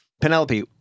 Penelope